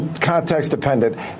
context-dependent